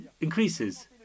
increases